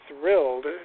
thrilled